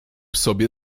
sobie